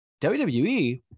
WWE